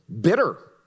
bitter